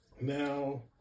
Now